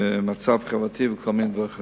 ומצב חברתי וכל מיני דברים אחרים.